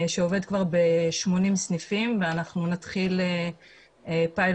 שעובד כבר ב-80 סניפים ואנחנו נתחיל פיילוט